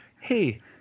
hey